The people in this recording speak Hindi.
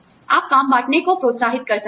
आप काम बाँटने को प्रोत्साहित कर सकते हैं